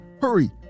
Hurry